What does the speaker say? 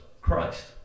Christ